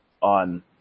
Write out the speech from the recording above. on